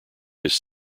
his